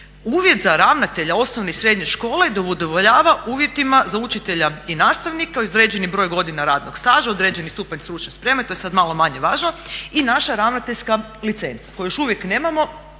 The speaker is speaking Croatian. Uvjet za ravnatelje osnovne i srednje škole je da udovoljava uvjetima za učitelja i nastavnika, uz određeni broj godina radnog staža, određeni stupanj stručne spreme, to je sad malo manje važno i naša ravnateljska licenca koju još uvijek nemamo